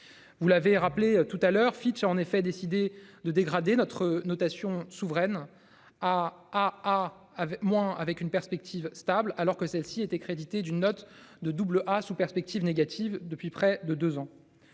Vous l'avez rappelé tout à l'heure. Fitch a en effet décidé de dégrader notre notation souveraine. Ah ah ah avec moins avec une perspective stable alors que celle-ci était crédité d'une note de double à sous perspective négative depuis près de 2 ans.